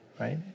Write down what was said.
right